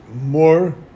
more